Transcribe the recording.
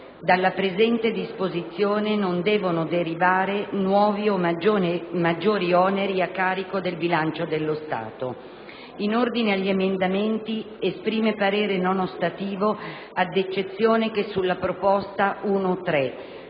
del presente comma non devono derivare nuovi o maggiori oneri a carico del bilancio dello Stato". In ordine agli emendamenti esprime parere non ostativo ad eccezione che sulla proposta 1.3,